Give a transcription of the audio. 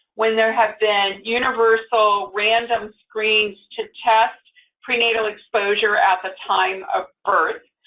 when there have been universal random screens to test prenatal exposure at the time of birth,